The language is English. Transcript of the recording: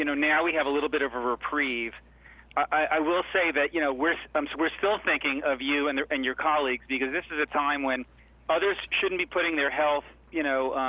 you know now we have a little bit of a reprieve i will say that you know we're so um so we're still thinking of you and and your colleagues because this is a time when others shouldn't be putting their health, you know,